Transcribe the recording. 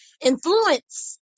influence